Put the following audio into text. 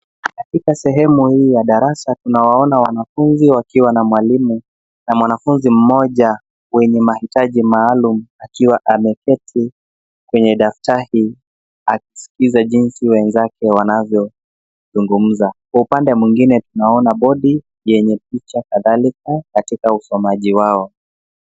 Katika sehemu hii ya darasa, tunawaona wanafunzi wakiwa na mwalimu na mwanafunzi mmoja mwenye mahitaji maalum, akiwa ameketi kwenye dawati, akiskiza jinsi wenzake wanavyozungumza. Kwa upande mwingine tunaona bodi, yenye picha kadhalika katika usomaji wao.